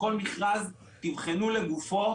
כל מכרז תבחנו לגופו,